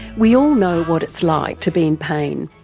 we all know what it's like to be in pain,